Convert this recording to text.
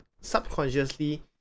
subconsciously